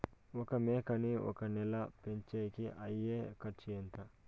ఒక మేకని ఒక నెల పెంచేకి అయ్యే ఖర్చు ఎంత?